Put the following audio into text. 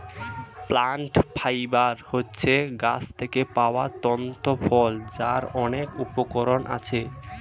plant fibre হচ্ছে গাছ থেকে পাওয়া তন্তু ফল যার অনেক উপকরণ আছে